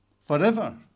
forever